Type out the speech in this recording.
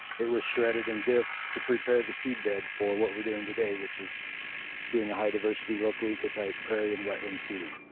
it was shredded and disked to prepare the seedbed for what we're doing today, which is doing a high diversity local ecotype prairie and wetlands seeding.